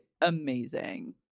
amazing